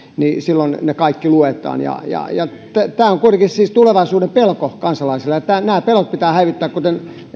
niin että silloin ne kaikki luetaan tämä on kuitenkin tulevaisuuden pelko kansalaisilla ja nämä pelot pitää häivyttää kuten